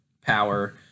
power